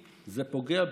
זה פוגע בי,